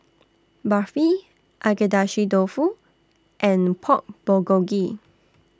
Barfi Agedashi Dofu and Pork Bulgogi